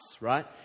right